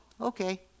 okay